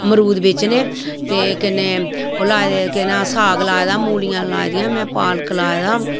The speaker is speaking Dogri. मरूद बेचने ते कन्नै ओह् लाए दे केह् नां साग लाए दा मूलियांं लाए दियां में पालक लाए दा